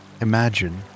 Imagine